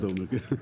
אתה אומר?